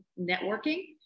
networking